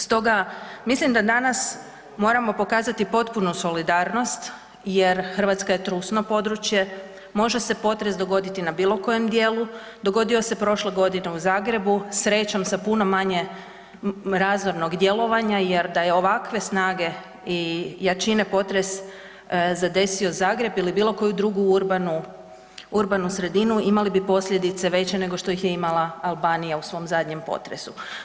Stoga mislim da danas moramo pokazati potpunu solidarnost jer Hrvatska je trusno područje, može se potres dogoditi na bilo kojem dijelu, dogodio se prošle godine u Zagrebu, srećom sa puno manje razornog djelovanja jer da je ovakve snage i jačine potres zadesio Zagreb ili bilo koju drugu urbanu, urbanu sredinu imali bi posljedice veće nego što ih je imala Albanija u svom zadnjem potresu.